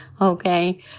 okay